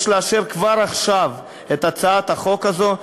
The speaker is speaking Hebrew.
יש לאשר כבר עכשיו את הצעת החוק הזאת,